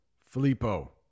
filippo